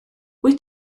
wyt